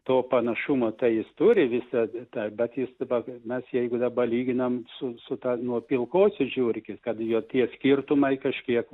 to panašumo tai jis turi visa ta bet jis mes jeigu dabar lyginam su su ta nuo pilkosios žiurkės kad jau tie skirtumai kažkiek va